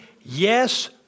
Yes